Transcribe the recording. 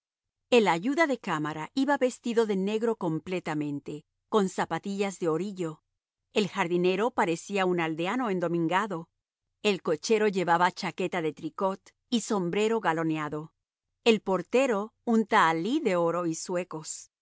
el ayuda de cámara iba vestido de negro completamente con zapatillas de orillo el jardinero parecía un aldeano endomingado el cochero llevaba chaqueta de tricot y sombrero galoneado el portero un tahalí de oro y zuecos